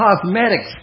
cosmetics